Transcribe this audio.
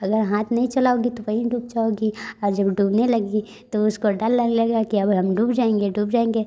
अगर हाथ नहीं चलाओगी तो वहीं डूब जाओगी और जब डूबने लगी तो उसको डर लगने लगा कि अब हम डूब जाएंगे डूब जाएंगे